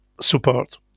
support